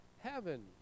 heaven